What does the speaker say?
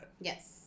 Yes